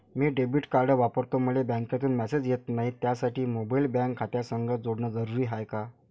मी debit card वापरतो मले बँकेतून मॅसेज येत नाही, त्यासाठी मोबाईल बँक खात्यासंग जोडनं जरुरी हाय का?